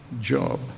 job